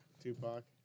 Tupac